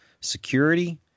security